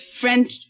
French